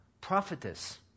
prophetess